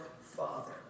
Father